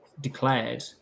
declared